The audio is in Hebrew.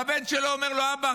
והבן שלו אומר לו: אבא,